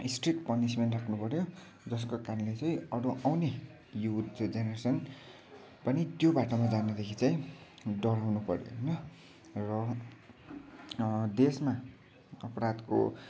strict punishment राख्नु पर्यो जसको कारणले चाहिँ अरू आउँने युथ जेनेरेसन पनि त्यो बाटोमा जानु देखि चाहिँ डराउनु पर्यो होइन र देशमा अपराधको